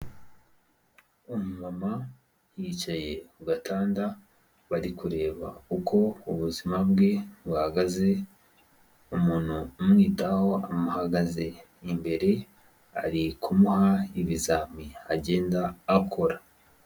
Umumama yicaye ku gatanda, bari kureba uko ubuzima bwe buhagaze, umuntu umwitaho amuhagaze imbere, ari kumuha ibizami agenda akora.